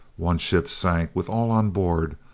one ship sank with all on board,